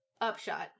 Upshot